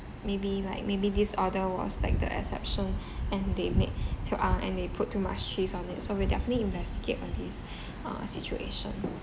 maybe like maybe this order was like the exception and they make too uh and they put too much cheese on it so we'll definitely investigate on this uh situation